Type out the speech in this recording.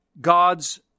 God's